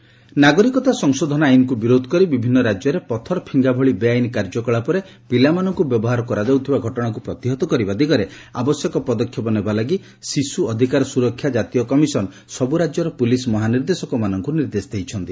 Protech children ନାଗରିକତା ସଂଶୋଧନ ଆଇନକୁ ବିରୋଧ କରି ବିଭିନ୍ନ ରାଜ୍ୟରେ ପଥର ଫିଙ୍ଗା ଭଳି ବେଆଇନ କାର୍ଯ୍ୟକଳାପରେ ପିଲାମାନଙ୍କୁ ବ୍ୟବହାର କରାଯାଉଥିବା ଘଟଣାକୁ ପ୍ରତିହତ କରିବା ଦିଗରେ ଆବଶ୍ୟକ ପଦକ୍ଷେପ ନେବା ଲାଗି ଶିଶୁ ଅଧିକାର ସୁରକ୍ଷା ଜାତୀୟ କମିଶନ ସବୁରାଜ୍ୟର ପୁଲିସ୍ ମହାନିର୍ଦ୍ଦେଶକମାନଙ୍କୁ ନିର୍ଦ୍ଦେଶ ଦେଇଛନ୍ତି